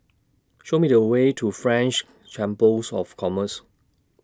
Show Me The Way to French Chambers of Commerce